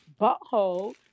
butthole